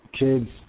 kids